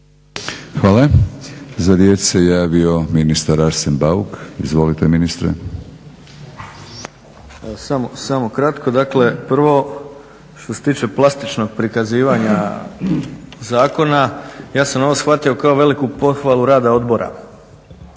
Hvala. Za riječ se javio ministar Arsen Bauk. Izvolite ministre. **Bauk, Arsen (SDP)** Evo, samo kratko. Dakle, prvo što se tiče plastičnog prikazivanja zakona, ja sam ovo shvatio kao veliku pohvalu rada odbora